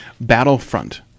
Battlefront